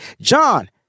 John